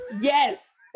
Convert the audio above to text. Yes